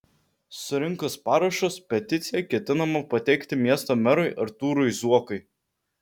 surinkus parašus peticiją ketinama pateikti miesto merui artūrui zuokui